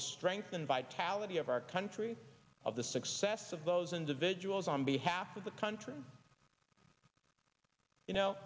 the strength and vitality of our country of the success of those individuals on behalf of the country you know